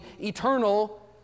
eternal